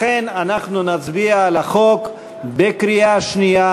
לכן אנחנו נצביע על הצעת החוק בקריאה שנייה,